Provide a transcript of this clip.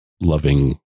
loving